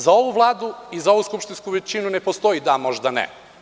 Za ovu Vladu i za ovu skupštinsku većinu ne postoji „da, možda ne“